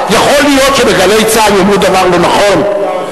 יכול להיות שב"גלי צה"ל" יאמרו דבר לא נכון?